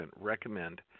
recommend